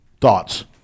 Thoughts